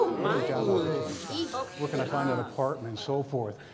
what are the job opportunities down here? where can i find that apartment, and so forth.